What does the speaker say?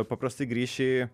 paprastai grįši